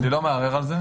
אני לא מערער על זה.